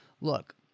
look